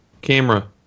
camera